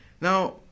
now